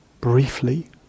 briefly